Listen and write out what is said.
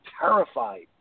terrified